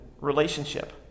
relationship